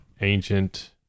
ancient